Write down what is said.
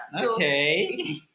Okay